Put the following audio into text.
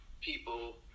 people